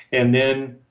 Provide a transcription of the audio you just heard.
and then,